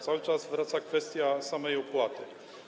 Cały czas wraca kwestia samej opłaty.